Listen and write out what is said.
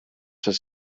his